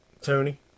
Tony